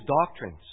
doctrines